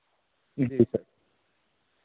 جی سر